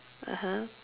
(uh huh)